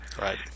Right